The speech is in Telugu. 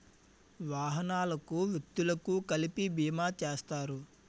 వాహనాలకు వ్యక్తులకు కలిపి బీమా చేస్తారు